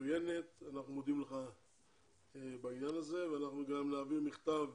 מצוינת ואנחנו מודים לך בעניין הזה ואנחנו גם נעביר מכתב